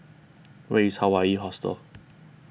where is Hawaii Hostel